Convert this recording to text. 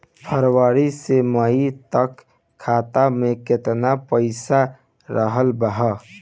फरवरी से मई तक खाता में केतना पईसा रहल ह?